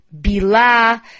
Bila